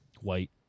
White